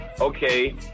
Okay